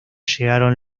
llegaron